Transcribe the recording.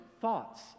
thoughts